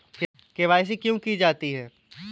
KYC क्यों की जाती है?